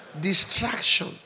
Distraction